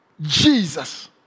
Jesus